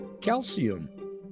calcium